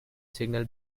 signal